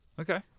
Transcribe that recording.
Okay